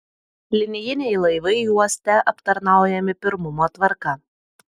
linijiniai laivai uoste aptarnaujami pirmumo tvarka